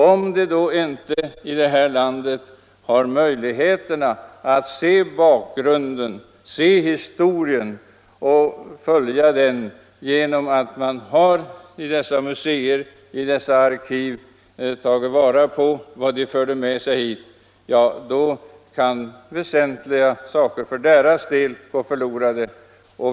Om de inte i detta land har möjligheter att se bakgrunden och följa historien genom att man i dessa museer och arkiv har tagit vara på vad de förde med sig hit, kan väsentliga värden gå förlorade.